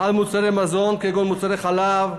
על מוצרי מזון, כגון מוצרי חלב,